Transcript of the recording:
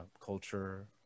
culture